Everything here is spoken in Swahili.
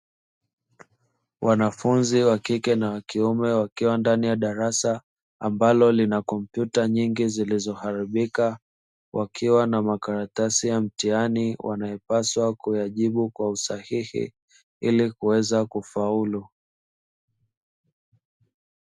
Wanafunzi wa kike na wa kiume wakiwa ndani ya darasa, ambalo lina kompyuta nyingi zilizoharibika, wakiwa na makaratasi ya mtihani wanayopaswa kuyajibu kwa usahihi ili kuweza kufaulu.